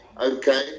okay